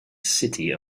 city